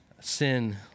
sin